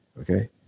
okay